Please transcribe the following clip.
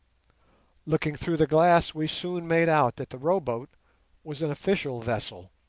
looking through the glass we soon made out that the row-boat was an official vessel,